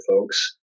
folks